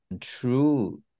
True